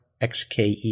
XKE